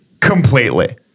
Completely